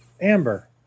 Amber